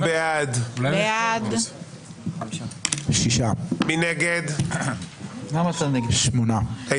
הצבעה בעד, 6 נגד, 9 נמנעים, אין לא אושרה.